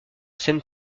scène